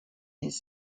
his